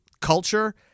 culture